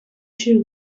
shu